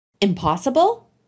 Impossible